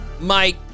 Mike